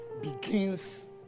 begins